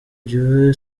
gihe